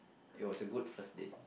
it was a good first date